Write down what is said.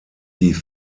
die